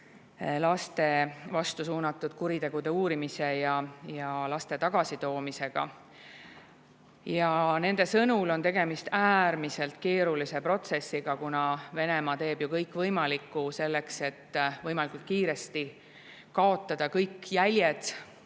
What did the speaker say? laste vastu suunatud kuritegude uurimise ja laste tagasi toomisega. Nende sõnul on tegemist äärmiselt keerulise protsessiga, kuna Venemaa teeb kõik võimaliku selleks, et võimalikult kiiresti kaotada kõik jäljed